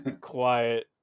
quiet